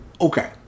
Okay